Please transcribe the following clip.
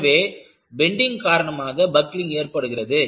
எனவே பெண்டிங் காரணமாக பக்லிங் ஏற்படுகிறது